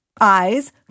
eyes